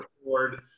record